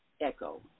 echo